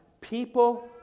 people